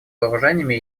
вооружениями